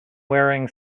wearing